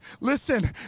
listen